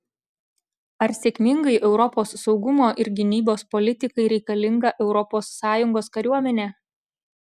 ar sėkmingai europos saugumo ir gynybos politikai reikalinga europos sąjungos kariuomenė